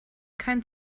kein